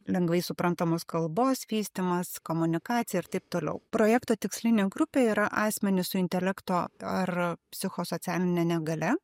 lengvai suprantamos kalbos vystymas komunikacija ir taip toliau projekto tikslinė grupė yra asmenys su intelekto ar psichosocialine negalia